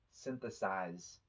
synthesize